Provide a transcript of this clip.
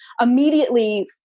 immediately